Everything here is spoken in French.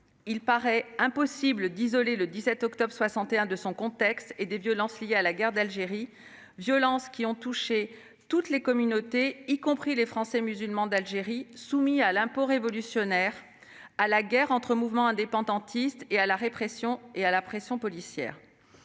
Il paraît impossible d'isoler le 17 octobre 1961 de son contexte et des violences liées à la guerre d'Algérie, violences qui ont touché toutes les communautés, y compris les Français musulmans d'Algérie, soumis à l'impôt révolutionnaire, à la guerre entre mouvements indépendantistes et à la pression policière.